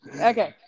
Okay